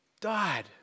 died